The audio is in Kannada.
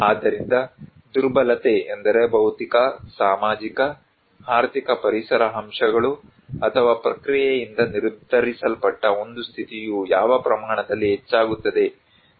ಆದ್ದರಿಂದ ದುರ್ಬಲತೆ ಎಂದರೆ ಭೌತಿಕ ಸಾಮಾಜಿಕ ಆರ್ಥಿಕ ಪರಿಸರ ಅಂಶಗಳು ಅಥವಾ ಪ್ರಕ್ರಿಯೆಯಿಂದ ನಿರ್ಧರಿಸಲ್ಪಟ್ಟ ಒಂದು ಸ್ಥಿತಿಯು ಯಾವ ಪ್ರಮಾಣದಲ್ಲಿ ಹೆಚ್ಚಾಗುತ್ತದೆ